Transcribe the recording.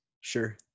sure